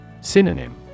Synonym